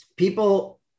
People